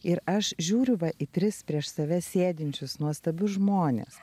ir aš žiūriu va į tris prieš save sėdinčius nuostabius žmones